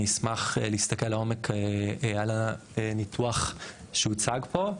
אני אשמח להסתכל לעומק על הניתוח שהוצג פה.